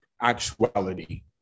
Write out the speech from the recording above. actuality